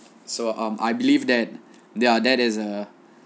so um I believe that there are that is a